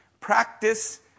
practice